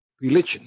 religion